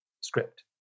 script